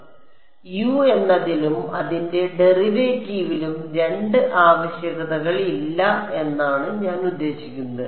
അതിനാൽ യു എന്നതിലും അതിന്റെ ഡെറിവേറ്റീവിലും രണ്ട് ആവശ്യകതകൾ ഇല്ല എന്നാണ് ഞാൻ ഉദ്ദേശിക്കുന്നത്